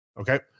okay